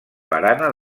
barana